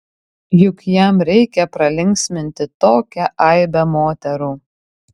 juk jam reikia pralinksminti tokią aibę moterų